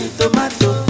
tomato